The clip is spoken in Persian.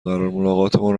قرارملاقاتمان